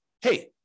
hey